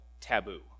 taboo